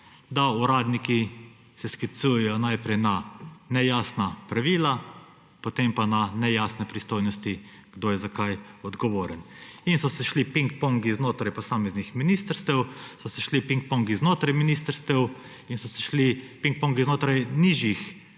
se uradniki sklicujejo najprej na nejasna pravila, potem pa na nejasne pristojnosti, kdo je za kaj odgovoren. In so se šli pingpong znotraj posameznih ministrstev, so se šli pingpong znotraj ministrstev in so se šli pingponge znotraj nižjih